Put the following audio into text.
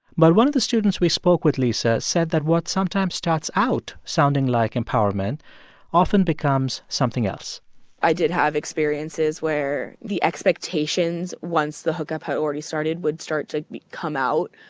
but one of the students we spoke with, lisa, said that what sometimes starts out sounding like empowerment often becomes something else i did have experiences where the expectations once the hookup had already started would start to come out,